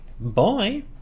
Bye